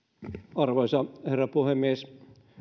arvoisa herra puhemies